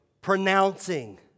pronouncing